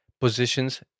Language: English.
positions